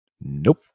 Nope